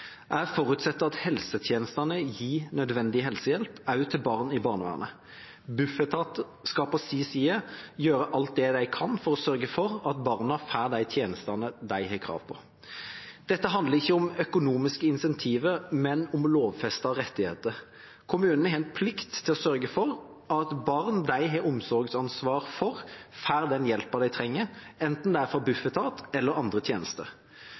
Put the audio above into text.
forutsetter at helsetjenestene gir nødvendig helsehjelp, også til barn i barnevernet. Bufetat skal på sin side gjøre alt det de kan for å sørge for at barna får de tjenestene de har krav på. Dette handler ikke om økonomiske incentiver, men om lovfestede rettigheter. Kommunene har en plikt til å sørge for at barn de har omsorgsansvar for, får den hjelpen de trenger, enten det er fra Buftetat eller fra andre